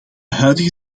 huidige